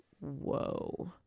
whoa